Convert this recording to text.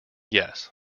yes